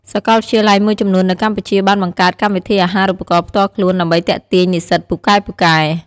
សាកលវិទ្យាល័យមួយចំនួននៅកម្ពុជាបានបង្កើតកម្មវិធីអាហារូបករណ៍ផ្ទាល់ខ្លួន ដើម្បីទាក់ទាញនិស្សិតពូកែៗ។